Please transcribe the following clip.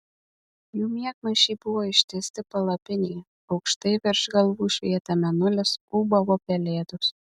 jų miegmaišiai buvo ištiesti palapinėje aukštai virš galvų švietė mėnulis ūbavo pelėdos